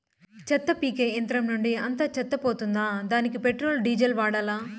చెత్త పీకే యంత్రం నుండి అంతా చెత్త పోతుందా? దానికీ పెట్రోల్, డీజిల్ వాడాలా?